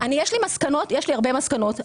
יש לי הרבה מסקנות.